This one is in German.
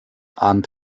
ahnt